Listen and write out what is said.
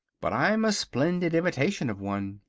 but i'm a splendid imitation of one.